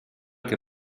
che